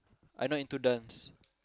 I not into dance